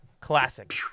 Classic